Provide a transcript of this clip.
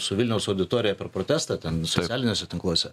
su vilniaus auditorija per protestą ten socialiniuose tinkluose